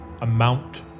amount